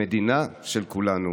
המדינה של כולנו.